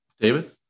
David